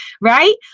Right